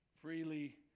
Freely